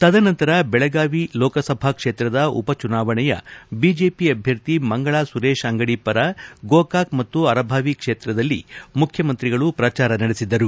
ತದನಂತರ ಬೆಳಗಾವಿ ಲೋಕಸಭಾ ಕ್ಷೇತ್ರದ ಉಪಚುನಾವಣೆಯ ಬಿಜೆಪಿ ಅಭ್ವರ್ಥಿ ಮಂಗಲಾ ಸುರೇಶ ಅಂಗಡಿ ಪರ ಗೋಕಾಕ ಮತ್ತು ಅರಭಾವಿ ಕ್ಷೇತ್ರದಲ್ಲಿ ಮುಖ್ಡಮಂತ್ರಿ ಪ್ರಚಾರ ನಡೆಸಿದರು